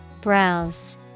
browse